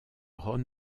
ron